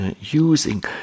using